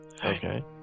Okay